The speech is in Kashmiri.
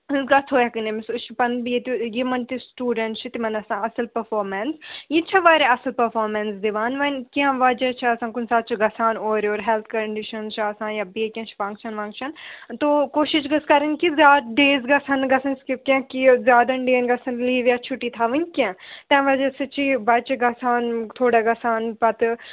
أسۍ گژھو أمِس أسۍ چھِ پَنٕنۍ ییٚتہِ یِمَن تہِ سٕٹوٗڈنٛٹ چھِ تِمَن آسان اَصٕل پٔفامٮ۪نٕس یہِ تہِ چھےٚ واریاہ اَصٕل پٔفامٮ۪نٕس دِوان وۄنۍ کیٚنٛہہ وَجہ چھِ آسان کُنہِ ساتہٕ چھُ گژھان اورٕ یورٕ ہٮ۪لٕتھ کَنڈِشَنٕز چھِ آسان یا بیٚیہِ کیٚنٛہہ چھُ فنٛگشَن وَنٛگشَن تو کوٗشِش گٔژھ کَرٕنۍ کہِ زیاد ڈیز گژھن نہٕ گژھٕنۍ سِکِپ کیٚنٛہہ کہِ یہِ زیادَن ڈییَن گژھن لیٖو یا چھُٹی تھاوٕنۍ کیٚنٛہہ تَمہِ وَجہ سۭتۍ چھُ یہِ بَچہِ گژھان تھوڑا گژھان پَتہٕ